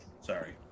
Sorry